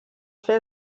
fer